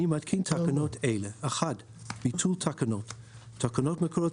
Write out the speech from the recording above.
אני מתקין תקנות אלה: ביטול תקנות 1. תקנות מקורות